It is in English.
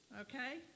okay